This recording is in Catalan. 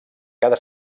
cada